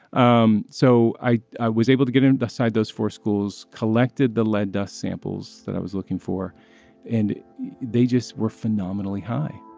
um so i i was able to get into the side those four schools collected the lead dust samples that i was looking for and they just were phenomenally high